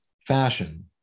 fashion